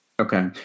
Okay